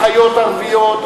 אחיות ערביות,